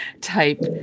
type